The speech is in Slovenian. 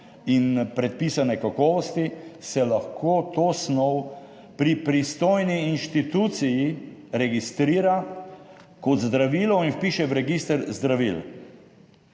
in predpisane kakovosti, se lahko to snov pri pristojni inštituciji registrira kot zdravilo in vpiše v register zdravil;